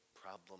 problem